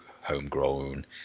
homegrown